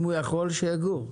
אם הוא יכול שיגור.